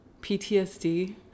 PTSD